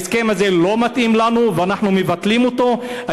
ההסכם הזה לא מתאים לנו ואנחנו מבטלים אותו.